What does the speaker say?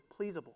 pleasable